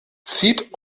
zieht